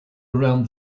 around